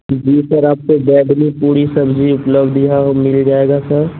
جی sir آپ کے bed میں پوری فیملی اُپلبدھ یہاں مِل جائے گا سر